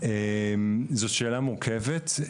זאת שאלה מורכבת,